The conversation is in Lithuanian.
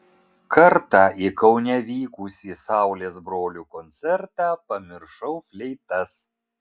kartą į kaune vykusį saulės brolių koncertą pamiršau fleitas